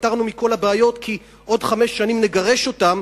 התפטרנו מכל הבעיות כי בעוד חמש שנים נגרש אותם,